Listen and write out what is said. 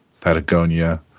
Patagonia